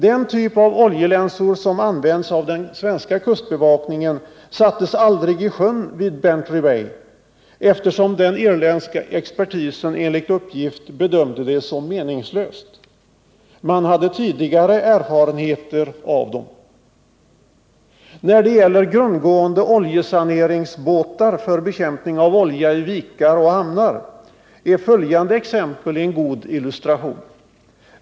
Den typ av oljelänsor som används av den svenska kustbevakningen sattes aldrig i sjön vid Bantry Bay, eftersom den irländska expertisen enligt uppgift bedömde det som meningslöst. Man hade tidigare erfarenheter av dem. När det gäller grundgående oljesaneringsbåtar för bekämpning av olja i vikar och hamnar, är följande exempel en god illustration.